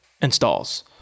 installs